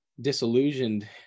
disillusioned